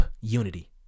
unity